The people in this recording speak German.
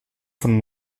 von